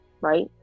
right